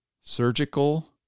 surgical